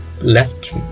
left